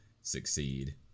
succeed